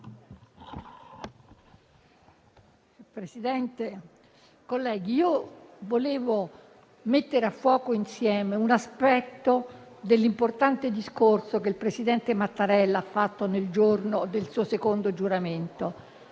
Presidente, colleghi, vorrei mettere a fuoco insieme un aspetto dell'importante discorso che il presidente Mattarella ha fatto nel giorno del suo secondo giuramento,